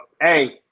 Hey